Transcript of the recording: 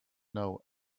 know